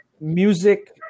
Music